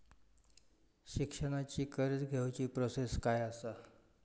शिक्षणाची कर्ज घेऊची प्रोसेस काय असा?